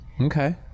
okay